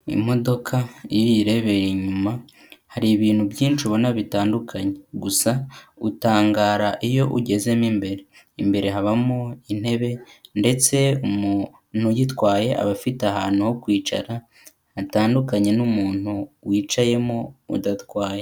Imodoka iyo uyirebera inyuma hari ibintu byinshi ubona bitandukanye, gusa utangara iyo ugezemo imbere, imbere habamo intebe ndetse umuntu uyitwaye aba afite ahantu ho kwicara hatandukanye n'umuntu wicayemo udatwaye.